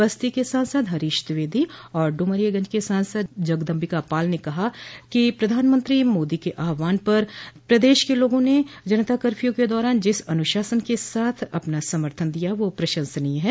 बस्ती के सांसद हरीश द्विवेदी और ड्मरियागंज के सांसद जगदम्बिका पाल ने कहा कि प्रधानमंत्री मोदी के आहवान पर प्रदेश के लोगों ने जनता कर्फ्यू के दौरान जिस अनुशासन के साथ अपना समर्थन दिया वह प्रशंसनीय है